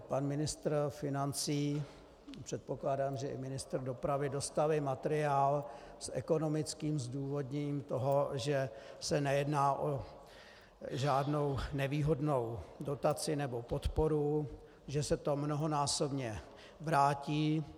Pan ministr financí, předpokládám, že i pan ministr dopravy, dostali materiál s ekonomickým zdůvodněním toho, že se nejedná o žádnou nevýhodnou dotaci nebo podporu, že se to mnohonásobně vrátí.